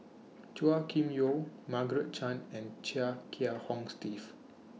Chua Kim Yeow Margaret Chan and Chia Kiah Hong Steve